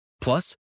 plus